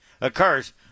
occurs